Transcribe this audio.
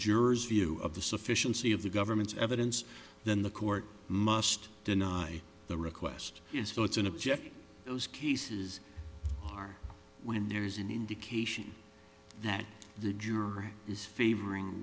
jurors view of the sufficiency of the government's evidence then the court must deny the request is so it's an object those cases are when there is an indication that the juror is favoring